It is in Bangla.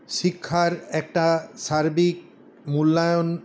শিক্ষার একটা সার্বিক মূল্যায়ন